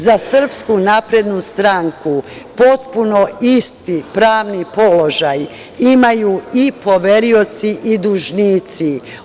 Za SNS stranku potpuno isti pravni položaj imaju i poverioci i dužnici.